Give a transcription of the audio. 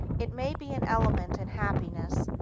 it may be an element in happiness,